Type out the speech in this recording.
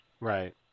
Right